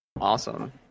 awesome